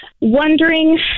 wondering